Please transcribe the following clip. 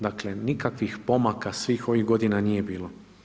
Dakle nikakvih pomaka svih ovih godina nije bilo.